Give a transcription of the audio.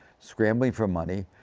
scrambling for money,